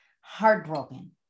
Heartbroken